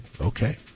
Okay